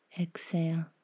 Exhale